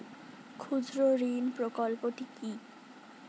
ক্ষুদ্রঋণ প্রকল্পটি কি?